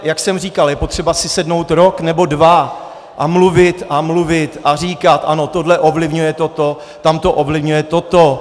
Jak jsem říkal, je potřeba si sednout rok nebo dva a mluvit a mluvit a říkat ano, tohle ovlivňuje toto, tamto ovlivňuje toto.